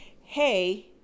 hey